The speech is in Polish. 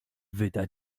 wyda